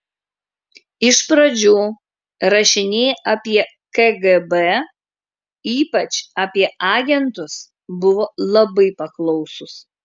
iš pradžių rašiniai apie kgb ypač apie agentus buvo labai paklausūs